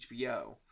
HBO